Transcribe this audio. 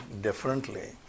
differently